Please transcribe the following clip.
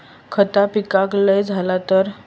खता पिकाक लय झाला तर?